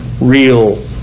real